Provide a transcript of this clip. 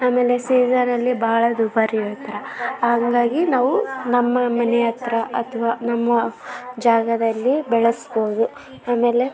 ಆಮೇಲೆ ಸೀಸನಲ್ಲಿ ಭಾಳ ದುಬಾರಿ ಹೇಳ್ತಾರೆ ಹಾಗಾಗಿ ನಾವು ನಮ್ಮ ಮನೆಯಹತ್ರ ಅಥ್ವಾ ನಮ್ಮ ಜಾಗದಲ್ಲಿ ಬೆಳೆಸ್ಬೋದು ಆಮೇಲೆ